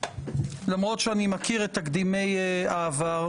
למרות שאני מכיר את תקדימי העבר,